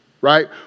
right